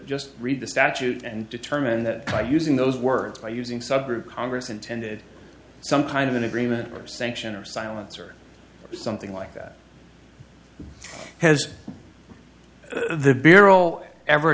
just read the statute and determine that using those words by using subgroup congress intended some kind of an agreement or sanction or silence or something like that has the barrel ever